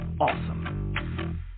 awesome